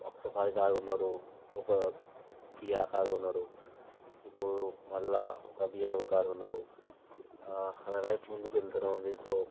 ఒక Safari car కొన్నాడు ఒక కియా కార్ కొన్నాడు ఇప్పుడు మళ్ళీ ఒక బిఎండబ్ల్యూ కార్ కొన్నాడు ఆయన లైఫ్ ముందుకెళ్తూనే ఉంది సో